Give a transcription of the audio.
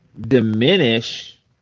diminish